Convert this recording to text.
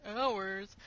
hours